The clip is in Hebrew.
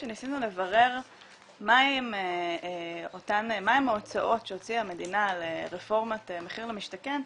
כשניסינו לברר מה הן ההוצאות שהוציאה המדינה על רפורמת 'מחיר למשתכן',